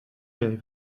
gave